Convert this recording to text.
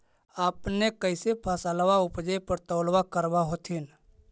अपने कैसे फसलबा उपजे पर तौलबा करबा होत्थिन?